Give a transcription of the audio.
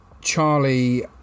Charlie